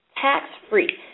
tax-free